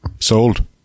sold